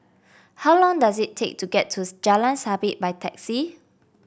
how long does it take to get to Jalan Sabit by taxi